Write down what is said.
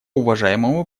уважаемому